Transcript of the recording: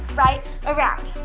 right, around.